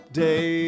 day